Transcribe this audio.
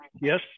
yes